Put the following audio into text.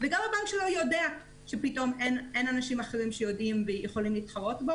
וגם הבנק שלו יודע שאין אנשים אחרים שיודעים ויכולים להתחרות.